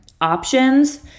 options